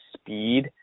speed